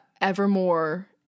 Evermore